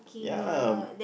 ya lah